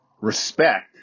respect